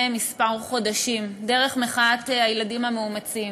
כמה חודשים דרך מחאת הילדים המאומצים,